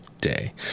Day